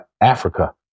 africa